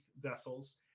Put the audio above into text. vessels